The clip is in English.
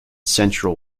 central